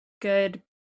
good